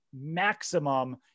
maximum